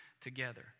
together